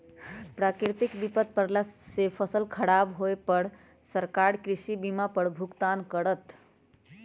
प्राकृतिक विपत परला से फसल खराब होय पर सरकार कृषि बीमा पर भुगतान करत